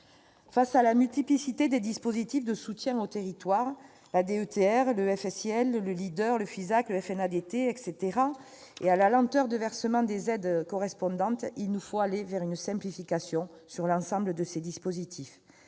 Face à la multiplicité des dispositifs de soutien aux territoires- DETR, FSIL, LEADER, FISAC, FNADT, etc. -et à la lenteur du versement des aides correspondantes, il nous faut aller vers une simplification de l'ensemble de ces dispositifs.